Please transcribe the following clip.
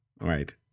right